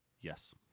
Yes